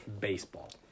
baseball